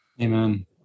Amen